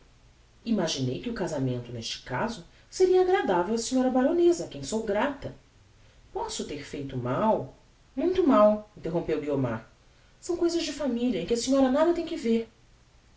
imaginei que o casamento neste caso seria agradavel á sra baroneza a quem sou grata posso ter feito mal muito mal interrompeu guiomar são cousas de familia em que a senhora nada tem que ver